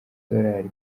kwezi